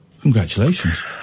congratulations